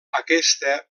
aquesta